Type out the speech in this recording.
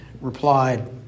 replied